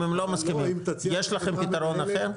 אם הם לא מסכימים, יש לכם פתרון אחר?